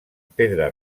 pedra